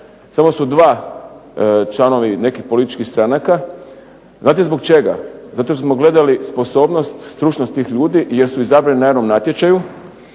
samo su dva članovi nekih političkih stranaka. Znate zbog čega? Zato jer smo gledali sposobnost, stručnost tih ljudi i jer su izabrani na javnom natječaju.